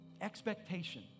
expectation